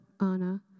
Anna